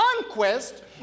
conquest